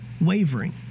wavering